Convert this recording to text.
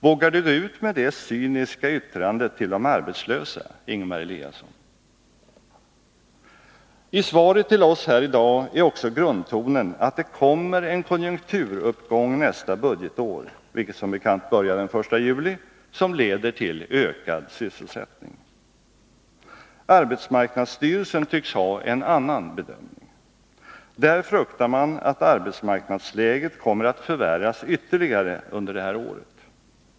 Vågar Ingemar Eliasson gå ut med det cyniska yttrandet till de arbetslösa? I svaret till oss här i dag är också grundtonen att det kommer en konjunkturuppgång nästa budgetår — vilket som bekant börjar den 1 juli — som leder till ökad sysselsättning. Arbetsmarknadsstyrelsen tycks ha en annan bedömning. Där fruktar man att arbetsmarknadsläget kommer att förvärras ytterligare under det här året.